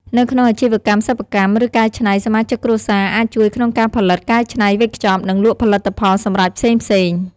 នៅក្នុងអាជីវកម្មសិប្បកម្ម ឬកែច្នៃ សមាជិកគ្រួសារអាចជួយក្នុងការផលិត កែច្នៃ វេចខ្ចប់ និងលក់ផលិតផលសម្រេចផ្សេងៗ។